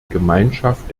gemeinschaft